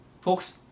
Folks